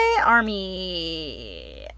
Army